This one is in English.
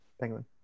Penguin